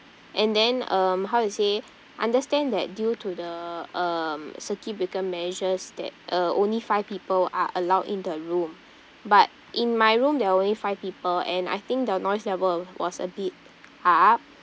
and then um how to say understand that due to the um circuit breaker measures that uh only five people are allowed in the room but in my room there were only five people and I think the noise level was a bit up